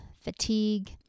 fatigue